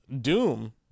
doom